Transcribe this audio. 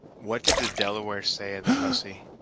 what did the delawares say of the hussy?